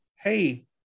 hey